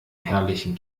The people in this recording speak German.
herrlichen